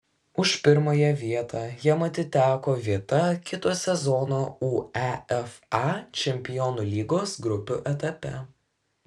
už pirmąją vietą jam atiteko vieta kito sezono uefa čempionų lygos grupių etape